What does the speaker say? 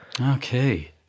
okay